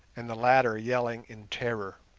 and the latter yelling in terror.